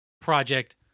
project